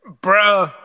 Bro